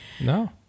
No